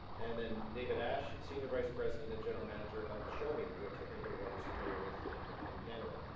and then david asch, senior vice president and general manager of shomi, which i think everyone is familiar with in in canada.